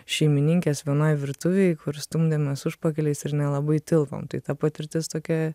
šeimininkės vienoj virtuvėj kur stumdėmes užpakaliais ir nelabai tilpom tai ta patirtis tokia